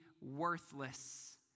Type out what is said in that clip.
worthless